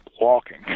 walking